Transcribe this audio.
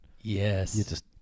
Yes